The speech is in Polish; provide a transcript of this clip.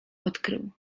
odkrył